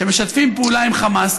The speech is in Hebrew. שמשתפים פעולה עם חמאס,